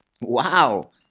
Wow